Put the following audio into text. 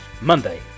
Monday